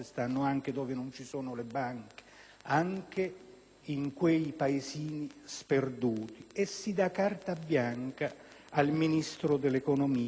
anche nei paesini sperduti. Si dà carta bianca al Ministro dell'economia nell'erogazione